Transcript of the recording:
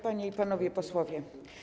Panie i Panowie Posłowie!